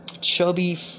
chubby